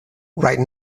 right